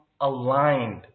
aligned